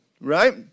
right